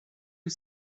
une